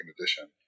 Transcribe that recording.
Edition